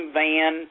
van